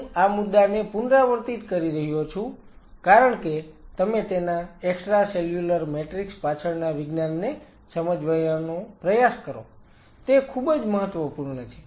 હું આ મુદ્દાને પુનરાવર્તિત કરી રહ્યો છું કારણ કે તમે તેના એક્સ્ટ્રાસેલ્યુલર મેટ્રિક્સ પાછળના વિજ્ઞાનને સમજવાનો પ્રયાસ કરો તે ખૂબ જ મહત્વપૂર્ણ છે